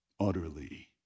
utterly